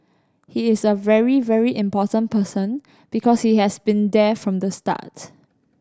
he is a very very important person because he has been there from the start